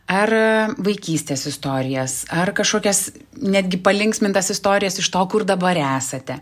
ar vaikystės istorijas ar kažkokias netgi palinksmintas istorijas iš to kur dabar esate